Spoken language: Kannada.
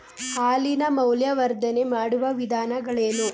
ಹಾಲಿನ ಮೌಲ್ಯವರ್ಧನೆ ಮಾಡುವ ವಿಧಾನಗಳೇನು?